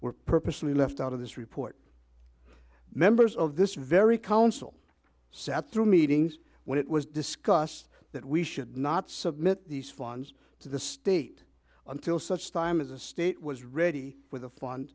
were purposely left out of this report members of this very council sat through meetings when it was discussed that we should not submit these funds to the state until such time as a state was ready with the fun